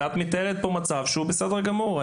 ואת מתארת פה מצב שהוא בסדר גמור.